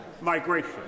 migration